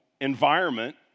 environment